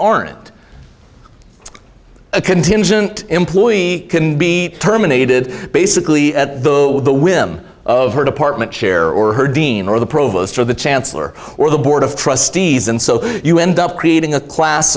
aren't a contingent employee can be terminated basically at the whim of her department chair or her dean or the provost or the chancellor or the board of trustees and so you end up creating a